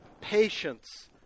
patience